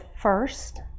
first